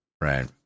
Right